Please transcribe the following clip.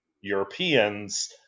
Europeans